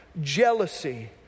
jealousy